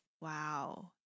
Wow